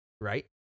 right